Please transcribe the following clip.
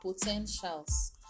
potentials